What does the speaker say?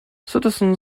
citizen